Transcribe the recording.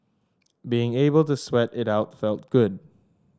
being able to sweat it out felt good